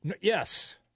Yes